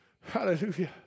Hallelujah